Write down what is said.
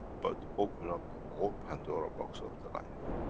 but open up the whole pandora box of the life.